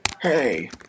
hey